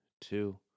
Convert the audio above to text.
two